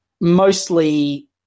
mostly